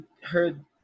heard